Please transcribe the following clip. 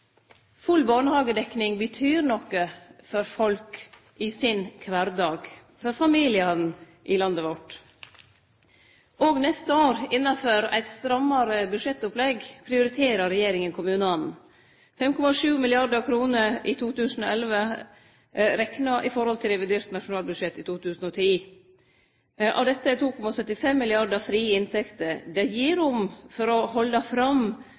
Full barnehagedekning betyr noko for folk sin kvardag, for familiane i landet vårt. Òg neste år, innafor eit strammare budsjettopplegg, prioriterer regjeringa kommunane – 5,7 mrd. kr i 2011, rekna i forhold til revidert nasjonalbudsjett 2010. Av dette er 2,75 mrd. kr frie inntekter. Det gir rom for å halde fram